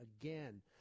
Again